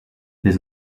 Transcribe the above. les